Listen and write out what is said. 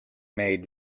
made